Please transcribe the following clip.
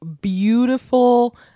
beautiful